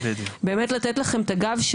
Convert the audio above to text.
באמת לתת לכם את הגב,